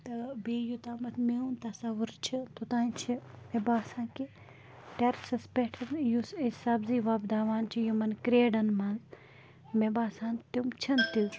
تہٕ بیٚیہِ یوٚتامَتھ میون تصّور چھِ توٚتام چھِ مےٚ باسان کہِ ٹٮ۪رِسَس پٮ۪ٹھ یُس أسۍ سبزی وۄپداوان چھِ یِمَن کرٛیڈَن منٛز مےٚ باسان تِم چھِنہٕ تِژھ